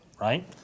right